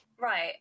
Right